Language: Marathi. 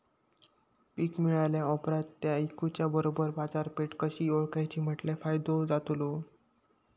पीक मिळाल्या ऑप्रात ता इकुच्या बरोबर बाजारपेठ कशी ओळखाची म्हटल्या फायदो जातलो?